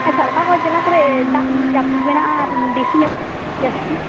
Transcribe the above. ᱟᱪᱪᱷᱟ ᱚᱠᱟ ᱚᱠᱟ ᱡᱮᱞᱟ ᱠᱚᱨᱮ ᱫᱟᱜ ᱡᱟᱹᱯᱩᱫ ᱢᱮᱱᱟᱜᱼᱟ ᱟᱨ ᱵᱤᱥᱤ ᱧᱚᱜ ᱡᱟᱹᱥᱛᱤ